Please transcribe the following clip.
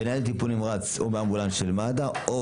בניידת טיפול נמרץ או באמבולנס של מד"א או